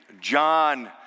John